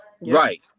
Right